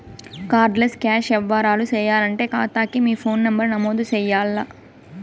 card less cash యవ్వారాలు సేయాలంటే కాతాకి మీ ఫోను నంబరు నమోదు చెయ్యాల్ల